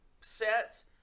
sets